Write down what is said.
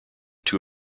two